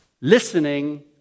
Listening